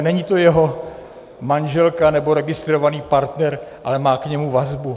Není to jeho manželka nebo registrovaný partner, ale má k němu vazbu?